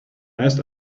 last